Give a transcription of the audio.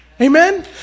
Amen